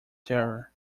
terror